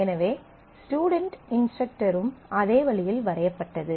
எனவே ஸ்டுடென்ட் இன்ஸ்டரக்ட்ரும் அதே வழியில் வரையப்பட்டது